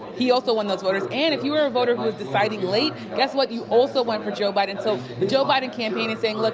he also won those voters. and if you are a voter who was deciding late, guess what? you also went for joe biden. so, the joe biden campaign is saying, look,